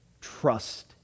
Trust